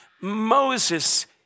Moses